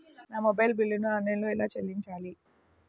నా మొబైల్ బిల్లును ఆన్లైన్లో ఎలా చెల్లించాలి?